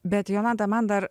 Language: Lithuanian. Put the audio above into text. bet jolanta man dar